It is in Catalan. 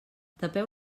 tapeu